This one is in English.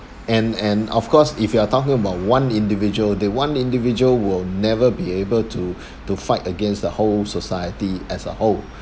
and and of course if you are talking about one individual that one individual will never be able to to fight against the whole society as a whole